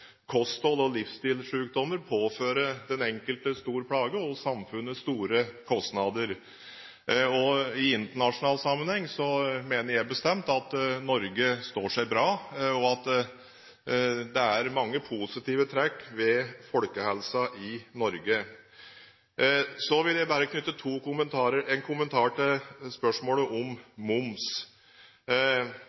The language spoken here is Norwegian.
kosthold og livsstilssykdommer påfører den enkelte stor plage og samfunnet store kostnader. Jeg mener bestemt at Norge står seg bra i internasjonal sammenheng, og at det er mange positive trekk ved folkehelsen i Norge. Så vil jeg bare knytte en kommentar til spørsmålet om moms: